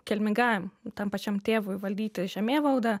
kilmingajam tam pačiam tėvui valdyti žemėvaldą